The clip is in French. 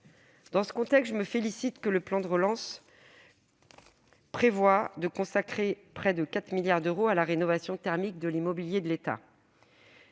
Dans ce contexte, je me félicite de ce que le plan de relance prévoie de consacrer près de 4 milliards d'euros à la rénovation thermique de l'immobilier de l'État.